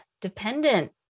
dependent